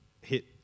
hit